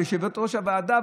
וזו יושבת-ראש הוועדה,